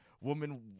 woman